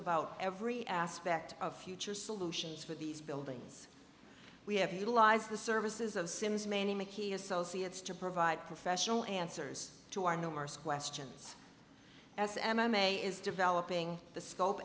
about every aspect of future solutions for these buildings we have utilized the services of sims many mickie associates to provide professional answers to our numerous questions as m m a is developing the scope